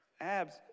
abs